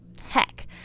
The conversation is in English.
Heck